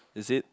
is it